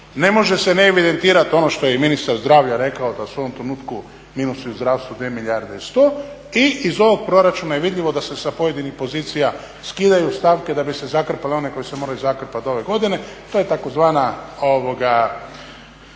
ne može se ne evidentirat ono što je i ministar zdravlja rekao da su u ovom trenutku minusi u zdravstvu 2 milijarde i 100. I iz ovog proračuna je vidljivo da se sa pojedinih pozicija skidaju stavke da bi se zakrpale one koje se moraju zakrpati ove godine. To je tzv. odgoda